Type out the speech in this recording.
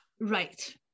Right